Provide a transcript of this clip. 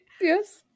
Yes